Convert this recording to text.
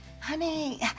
Honey